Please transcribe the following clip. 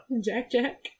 Jack-Jack